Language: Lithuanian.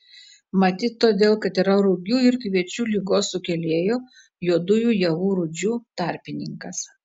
matyt todėl kad yra rugių ir kviečių ligos sukėlėjo juodųjų javų rūdžių tarpininkas